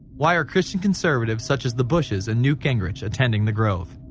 why are christian conservatives such as the bushes and newt gingrich. attending the grove?